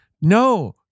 no